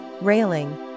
railing